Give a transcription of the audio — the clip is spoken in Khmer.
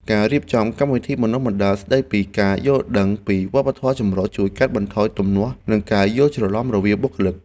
ការរៀបចំកម្មវិធីបណ្តុះបណ្តាលស្តីពីការយល់ដឹងពីវប្បធម៌ចម្រុះជួយកាត់បន្ថយទំនាស់និងការយល់ច្រឡំរវាងបុគ្គលិក។